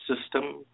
system